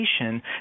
education